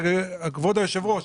כבוד היושב ראש,